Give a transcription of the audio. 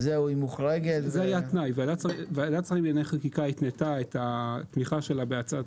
ועדת שרים התנתה את התמיכה שלה בהצעת